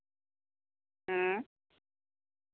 ᱦᱮᱸ